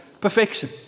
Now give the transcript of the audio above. perfection